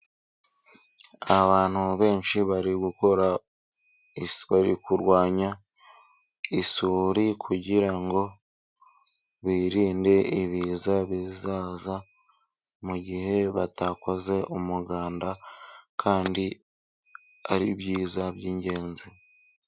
Abantu benshi bari gukora iswa bari kurwanya isuri, kugira ngo birinde ibiza bizaza mu gihe batakoze umuganda, kandi ari ibyiza by'ingenzi.